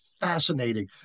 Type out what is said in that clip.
fascinating